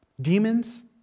Demons